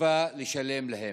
סירבה לשלם להם.